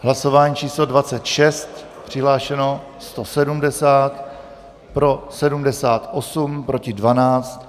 Hlasování číslo 26, přihlášeno je 170, pro 78, proti 12.